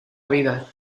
vida